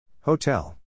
Hotel